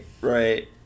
Right